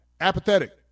apathetic